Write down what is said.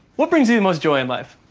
what brings you the most joy in life?